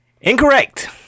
Incorrect